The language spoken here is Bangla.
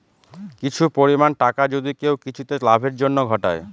কিছু পরিমাণ টাকা যদি কেউ কিছুতে লাভের জন্য ঘটায়